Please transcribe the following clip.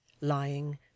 lying